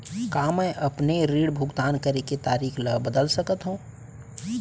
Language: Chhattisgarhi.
का मैं अपने ऋण भुगतान करे के तारीक ल बदल सकत हो?